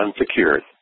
unsecured